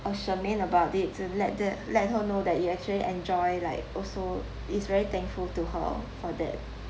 uh charmaine about it to let that let her know that you actually enjoy like also it's very thankful to her for that